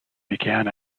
began